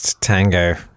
tango